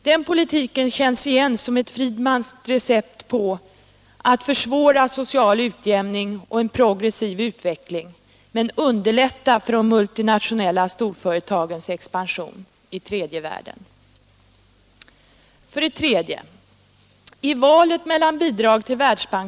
Den politiken känns igen som ett friedmanskt recept på att försvåra social utjämning och en progressiv utveckling men underlätta för de multinationella storföretagens expansion i tredje världen.